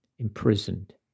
imprisoned